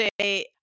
say